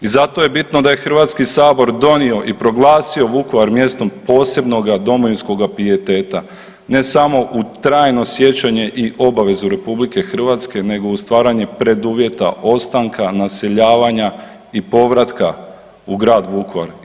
I zato je bitno da je HS donio i proglasio Vukovar mjestom posebnoga domovinskoga pijeteta, ne samo u trajno sjećanje i obvezu RH nego u stvaranje preduvjeta ostanka, naseljavanja i povratka u grad Vukovar.